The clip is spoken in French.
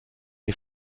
est